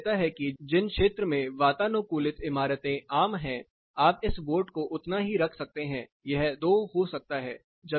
तो वह कहता है कि जिन क्षेत्र में वातानुकूलित इमारतें आम हैं आप इस वोट को उतना ही रख सकते हैं यह दो हो सकता है